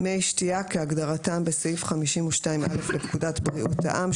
"מי שתיה" כהגדרתם בסעיף 52א לפקודת בריאות העם,